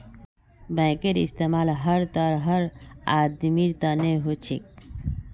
बैंकेर इस्तमाल हर तरहर आदमीर तने हो छेक